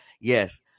yes